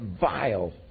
vile